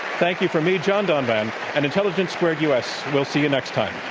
thank you for me, john donvan and intelligence squared u. s. we'll see you next time.